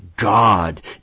God